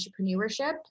entrepreneurship